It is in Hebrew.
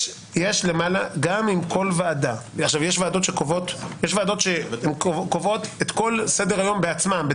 יש ועדות שקובעות את סדר-היום בעצמן,